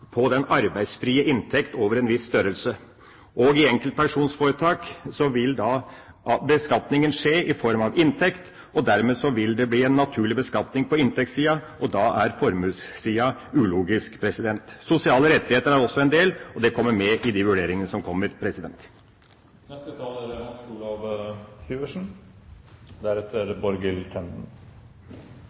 på den arbeidsfrie inntekt over en viss størrelse. Og i enkeltpersonforetak vil beskatningen skje i form av inntekt, og dermed vil det bli en naturlig beskatning på inntektssida, og da er formuessida ulogisk. Sosiale rettigheter er også en del, og det kommer med i de vurderingene som kommer.